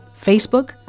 Facebook